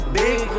big